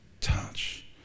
touch